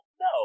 no